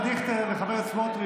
בבקשה.